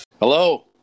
Hello